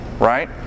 right